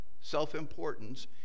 self-importance